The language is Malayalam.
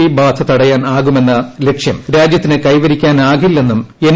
പി ബാധ തടയാൻ ആകുമെന്ന ലക്ഷ്യം രാജ്യത്തിന് കൈവരിക്കാനാകില്ലെന്നും എൻ